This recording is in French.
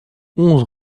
onze